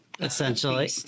Essentially